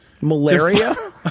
Malaria